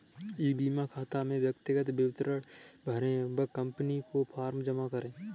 ई बीमा खाता में व्यक्तिगत विवरण भरें व कंपनी को फॉर्म जमा करें